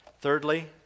Thirdly